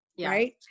Right